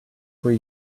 were